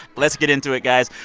let's get into it, guys.